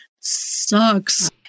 sucks